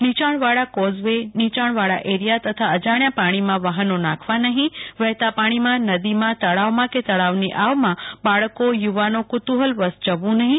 નીયાણવાળા કોઝવે નીયાણવાળા એરીયા તથા અજાણ્યા પાણીમાં વાહનો નાખવા નહીં વહેતા પાણીમાં નદીમાં તળાવમાં કે તળાવની આવમાં બાળકો યુવાનો કુતુહલવશ જવું નહીં